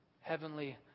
heavenly